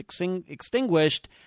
extinguished